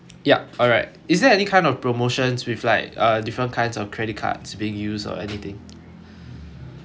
yup alright is there any kind of promotions with like uh different kinds of credit cards being used or anything